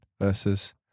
versus